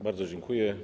Bardzo dziękuję.